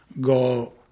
go